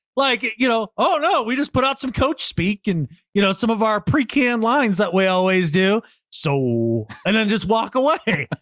like yeah you know oh no, we just put out some coach speak and you know some of our preqin lines that we always do so and then just walk away.